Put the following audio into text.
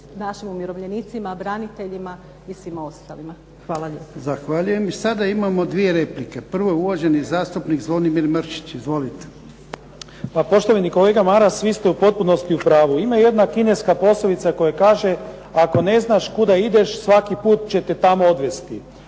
našim umirovljenicima, braniteljima i svima ostalima. Hvala lijepo. **Jarnjak, Ivan (HDZ)** Zahvaljujem. Sada imamo dvije replike, prvo je uvaženi zastupnik Zvonimir Mršić. Izvolite. **Mršić, Zvonimir (SDP)** Pa poštovani kolega Maras vi ste u potpunosti u pravu, ima jedna kineska poslovica koja kaže „Ako ne znaš kuda ideš svaki put će te tamo odvesti“.